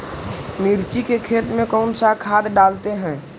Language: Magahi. मिर्ची के खेत में कौन सा खाद डालते हैं?